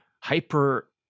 hyper